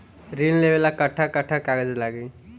ऋण लेवेला कट्ठा कट्ठा कागज लागी?